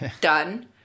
Done